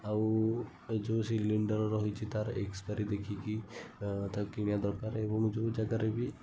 ଆଉ ଏ ଯେଉଁ ସିଲିଣ୍ଡର୍ ରହିଛି ତାର ଏକ୍ସପାରି ଦେଖିକି ତାକୁ କିଣିବା ଦରକାରେ ଏବଂ ଯେଉଁ ଜାଗାରେ ବି